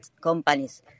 companies